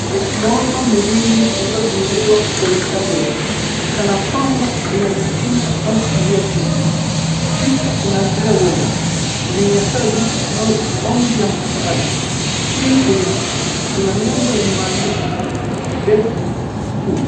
Mikono miwili iliyofunuliwa kuelekea mbele kana kwamba inajikinga au kuzuia kitu. Picha inaashiria uoga, unyanyasaji au ombi la msahada. Chini kulia kuna nembo enye maandishi BEDS SU .